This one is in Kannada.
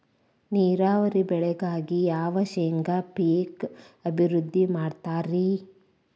ನೇರಾವರಿ ಬೆಳೆಗಾಗಿ ಯಾವ ಶೇಂಗಾ ಪೇಕ್ ಅಭಿವೃದ್ಧಿ ಮಾಡತಾರ ರಿ?